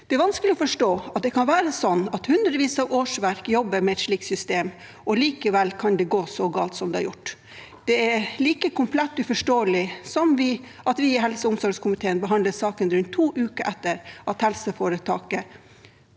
Det er vanskelig å forstå at det kan være sånn at hundrevis av årsverk jobber med et slikt system – og likevel kan det gå så galt som det har gjort. Det er like komplett uforståelig som at vi i helseog omsorgskomiteen behandler saken rundt to uker etter at helseforetaket